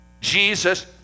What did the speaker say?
Jesus